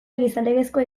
gizalegezkoa